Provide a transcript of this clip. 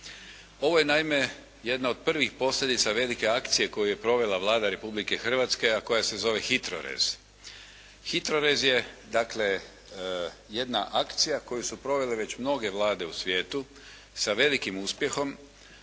Ovo je naime jedna od prvih posljedica velike akcije koju je provela Vlada Republike Hrvatske a koja se zove HITROR-ez. HITROR-ez je dakle jedna akcija koju su provele već mnoge vlade u svijetu sa velikim uspjehom,